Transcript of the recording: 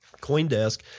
Coindesk